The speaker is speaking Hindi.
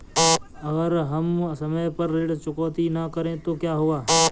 अगर हम समय पर ऋण चुकौती न करें तो क्या होगा?